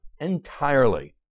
entirely